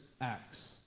acts